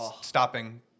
stopping